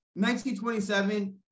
1927